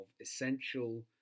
essential